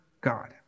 God